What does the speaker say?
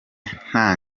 nta